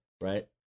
right